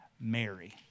Mary